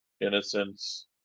Innocence